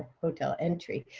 hotel entry.